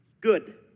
good